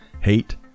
hate